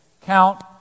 count